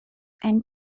and